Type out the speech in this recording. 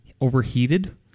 overheated